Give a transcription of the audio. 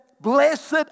blessed